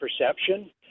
perception